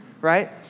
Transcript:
right